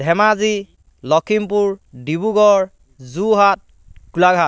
Dhemaji Lakhimpur Dibrugarh Jorhat Golaghat